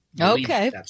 Okay